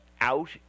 out